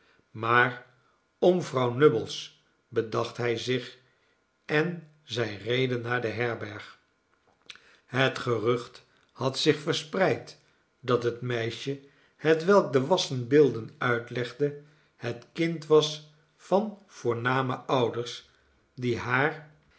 maar om vrouw nubbles bedacht hij zich en zij reden naar de herberg het gerucht had zich verspreid dat het meisje hetwelk de wassenbeelden uitlegde het kind was van voorname ouders die haar